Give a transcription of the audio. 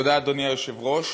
תודה, אדוני היושב-ראש.